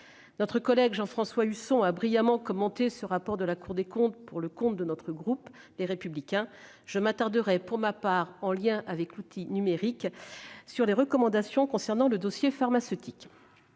dernier. Jean-François Husson a brillamment commenté ce rapport de la Cour des comptes au nom du groupe Les Républicains. Je m'attarderai pour ma part, en lien avec l'outil numérique, sur les recommandations concernant le dossier pharmaceutique.